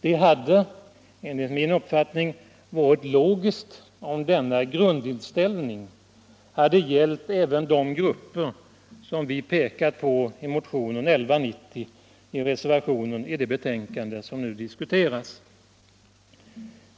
Det hade enligt min uppfattning varit logiskt om denna grundinställning hade gällt även de grupper som vi pekar på i motionen 1190 och i reservationen vid det betänkande som vi nu diskuterar.